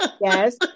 Yes